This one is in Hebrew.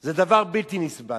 זה דבר בלתי נסבל.